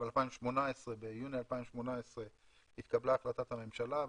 ביוני 2018 התקבלה החלטת הממשלה,